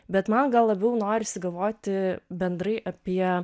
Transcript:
bet man gal labiau norisi galvoti bendrai apie